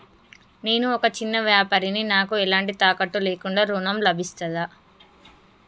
నేను ఒక చిన్న వ్యాపారిని నాకు ఎలాంటి తాకట్టు లేకుండా ఋణం లభిస్తదా?